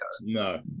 No